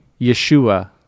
Yeshua